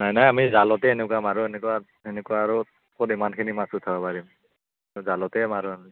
নাই নাই আমি জালতে এনেকুৱা মাৰোঁ এনেকুৱা এনেকুৱা আৰু ক'ত ইমানখিনি মাছ উঠাব পাৰিম জালতে মাৰো আমি